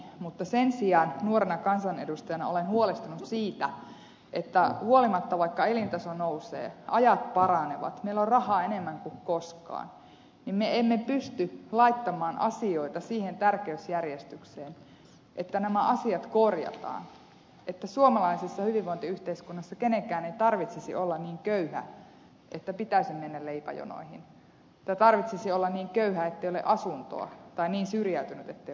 mutta sen sijaan nuorena kansanedustajana olen huolestunut siitä että vaikka elintaso nousee ajat paranevat meillä on rahaa enemmän kun koskaan niin me emme pysty laittamaan asioita siihen tärkeysjärjestykseen että nämä asiat korjataan että suomalaisessa hyvinvointiyhteiskunnassa kenenkään ei tarvitsisi olla niin köyhä että pitäisi mennä leipäjonoihin tai tarvitsisi olla niin köyhä ettei ole asuntoa tai niin syrjäytynyt ettei ole asuntoa